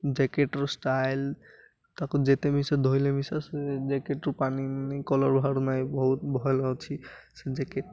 ଜ୍ୟାକେଟ୍ର ଷ୍ଟାଇଲ୍ ତାକୁ ଯେତେ ମିିଷ ଧୋଇଲେ ମିିଷ ସେ ଜ୍ୟାକେଟ୍ରୁ ପାନିନି କଲର୍ ବାଡ଼ୁ ନାହିଁ ବହୁତ ଭଲ ଅଛି ସେ ଜ୍ୟାକେଟ୍